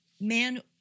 man